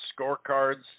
scorecards